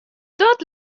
dat